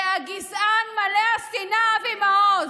זה הגזען מלא השנאה אבי מעוז.